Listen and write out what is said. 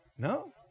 No